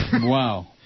Wow